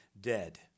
dead